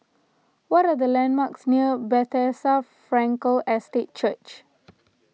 what are the landmarks near Bethesda Frankel Estate Church